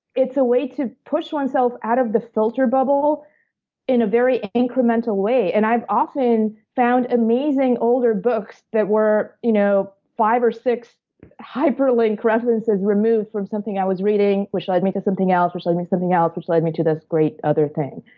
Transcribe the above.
it's a way to push one's self out of the filter bubble in a very incremental way. and i've often found amazing older books that were you know five or six hyperlink references removed from something i was reading which led me to something else, which led me to something else, which led me to this great other thing.